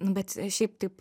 nu bet šiaip taip